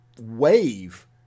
wave